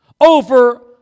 over